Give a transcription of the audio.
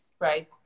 right